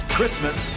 Christmas